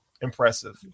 impressive